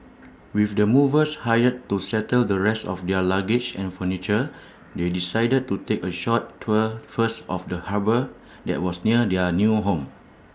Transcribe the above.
with the movers hired to settle the rest of their luggage and furniture they decided to take A short tour first of the harbour that was near their new home